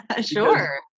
sure